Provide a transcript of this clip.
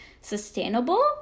sustainable